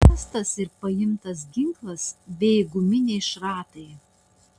rastas ir paimtas ginklas bei guminiai šratai